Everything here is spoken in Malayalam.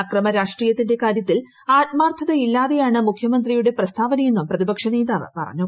അക്രമ രാഷ്ട്രീയത്തിന്റെ കാര്യത്തിൽ ആത്മാർത്ഥത ഇല്ലാതെയാണ് മുഖ്യമന്ത്രിയുടെ പ്രസ്താവനയെന്നും പ്രതിപക്ഷനേതാവ് പറഞ്ഞു